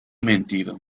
mentido